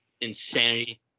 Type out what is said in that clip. insanity